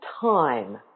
time